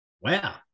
Wow